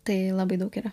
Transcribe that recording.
tai labai daug yra